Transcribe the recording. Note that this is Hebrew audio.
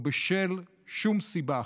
לא בשל שום סיבה אחרת.